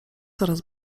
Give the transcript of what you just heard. coraz